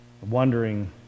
wondering